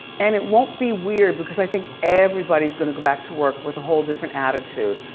and it won't be weird because i think everybody is gonna go back to work with a whole different attitude.